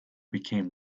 became